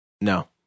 No